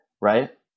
right